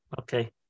Okay